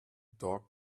dog